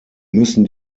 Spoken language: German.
müssen